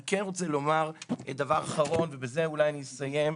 אני כן רוצה לומר דבר אחרון ובזה אולי אני אסיים.